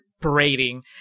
parading